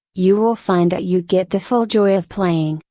you will find that you get the full joy of playing,